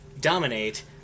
dominate